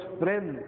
friend